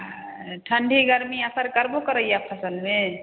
ठण्डी गर्मी असर करबौ करैया फसलमे